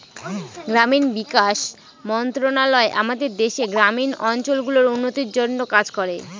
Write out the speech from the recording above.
গ্রামীণ বিকাশ মন্ত্রণালয় আমাদের দেশের গ্রামীণ অঞ্চল গুলার উন্নতির জন্যে কাজ করে